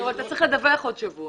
זאת אומרת, אתה צריך לדווח עוד שבוע.